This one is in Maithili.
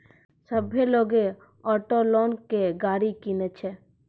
सभ्भे लोगै ऑटो लोन लेय के गाड़ी किनै छै